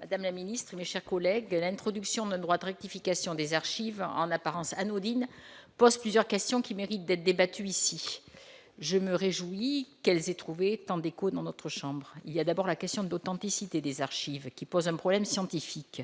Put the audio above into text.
Madame la Ministre, mes chers collègues de l'introduction d'un droit de rectification des archives en apparence anodine pose plusieurs questions qui méritent d'être débattus ici, je me réjouis qu'elles aient trouvé tant d'échos dans notre chambre, il y a d'abord la question de l'authenticité des archives qui pose un problème scientifique,